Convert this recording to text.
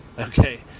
okay